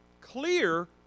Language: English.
clear